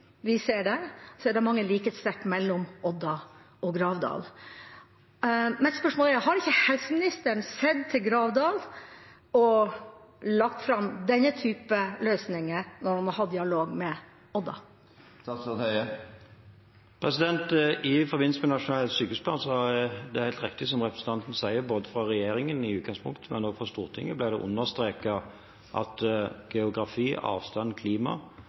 vi ser det, er det mange likhetstrekk mellom Odda og Gravdal. Mitt spørsmål er: Har ikke helseministeren sett til Gravdal og lagt fram denne typen løsninger når man har hatt dialog med Odda? I forbindelse med Nasjonal helse- og sykehusplan er det helt riktig som representanten sier, at det av regjeringen i utgangspunktet, men også av Stortinget, ble understreket at geografi, avstand, klima